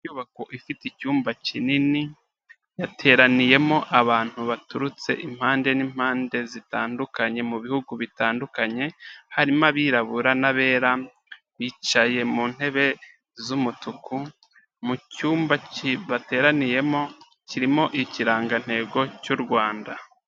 Inyubako ifite icyumba kinini yateraniyemo abantu baturutse impande n'impande zitandukanye mu bihugu bitandukanye, harimo abirabura n'abera bicaye mu ntebe z'umutuku mu cyumba bateraniyemo kirimo ikirangantego cy'u Rwanda.